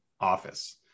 office